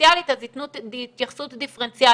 דיפרנציאלית אז ייתנו התייחסות דיפרנציאלית.